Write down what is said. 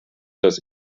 das